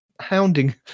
hounding